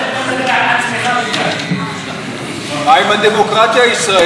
חברי הכנסת, הפאוזה לא הייתה לצורך שאילת שאלות.